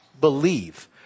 believe